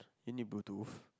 you need bluetooth